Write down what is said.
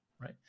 right